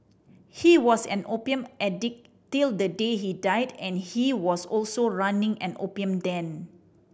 he was an opium addict till the day he died and he was also running an opium den